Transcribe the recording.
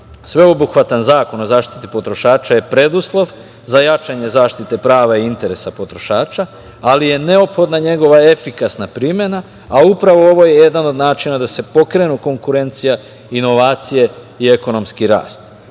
sveobuhvatan Zakon o zaštiti potrošača je preduslov za jačanje zaštite prava i interesa potrošača, ali je neophodna njegova efikasna primena, a upravo ovo je jedan od načina da se pokrenu konkurencija, inovacije i ekonomski rast.